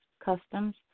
customs